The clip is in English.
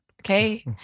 okay